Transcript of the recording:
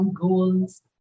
goals